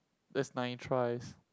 that's nine tries